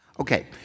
Okay